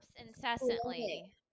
incessantly